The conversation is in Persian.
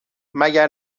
مگر